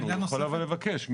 הוא יכול לבקש.